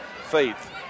faith